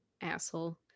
asshole